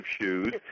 shoes